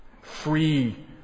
free